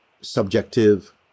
subjective